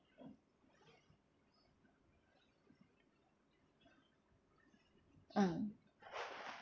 um